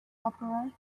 opera